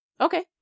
Okay